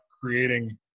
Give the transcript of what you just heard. creating